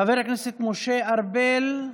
חבר הכנסת משה ארבל,